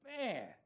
man